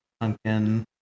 pumpkin